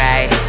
Right